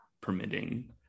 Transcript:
permitting